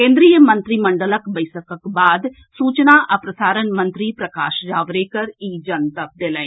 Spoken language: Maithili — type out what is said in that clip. केन्द्रीय मंत्रिमंडलक बैसकक बाद सूचना आ प्रसारण मंत्री प्रकाश जावड़ेकर ई जनतब देलनि